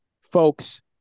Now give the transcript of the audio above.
folks